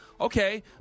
Okay